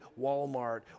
Walmart